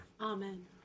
Amen